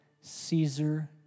Caesar